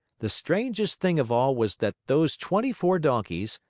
the strangest thing of all was that those twenty-four donkeys,